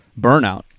burnout